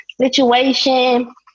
situation